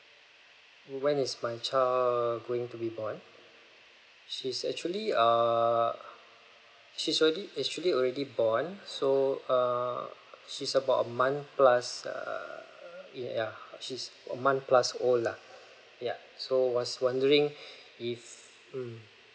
when is my child going to be born she's actually err she's already actually already born so err she's about a month plus err ya ya she's a month plus old lah ya so was wondering if mm